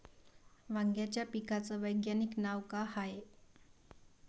वांग्याच्या पिकाचं वैज्ञानिक नाव का हाये?